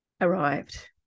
arrived